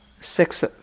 six